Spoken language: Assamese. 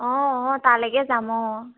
অঁ অঁ তালৈকে যাম অঁ